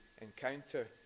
encounter